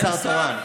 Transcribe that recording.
מי שר תורן?